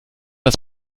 das